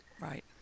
Right